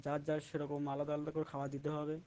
যার যার সেই রকম আলাদা আলাদা করে খাওয়া দিতে হবে